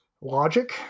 logic